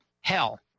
hell